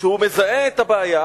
שהוא מזהה את הבעיה,